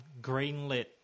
greenlit